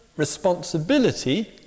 responsibility